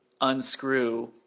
unscrew